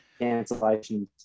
cancellations